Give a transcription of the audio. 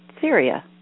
Syria